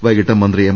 വൈകിട്ട് മന്ത്രി എം